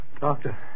Doctor